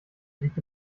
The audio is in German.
liegt